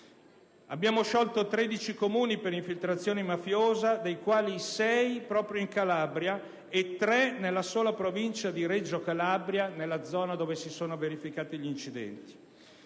Abbiamo sciolto 13 Comuni per infiltrazione mafiosa, dei quali 6 proprio in Calabria e 3 nella sola Provincia di Reggio Calabria, nella zona dove si sono verificati gli incidenti.